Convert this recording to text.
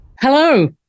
Hello